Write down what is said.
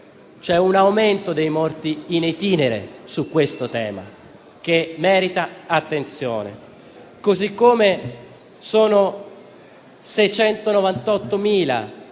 C'è un aumento dei morti *in itinere* su questo tema, che merita attenzione.